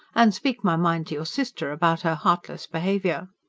and speak my mind to your sister about her heartless behaviour.